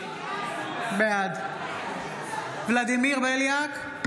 בעד ולדימיר בליאק,